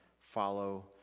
follow